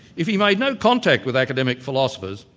if he made no contact with academic philosophers,